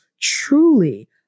truly